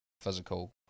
Physical